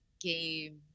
game